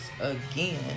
again